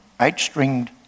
eight-stringed